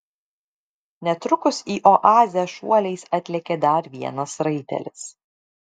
netrukus į oazę šuoliais atlėkė dar vienas raitelis